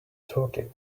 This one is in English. talking